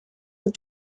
with